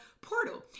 portal